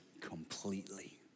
completely